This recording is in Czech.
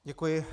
Děkuji.